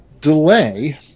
delay